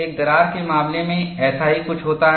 एक दरार के मामले में ऐसा ही कुछ होता है